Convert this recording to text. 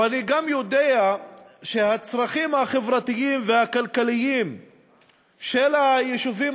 ואני גם יודע שהצרכים החברתיים והכלכליים של היישובים